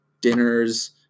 dinners